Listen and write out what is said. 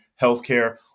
healthcare